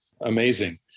amazing